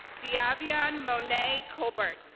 d'avionne mo'nay colbert